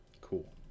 Cool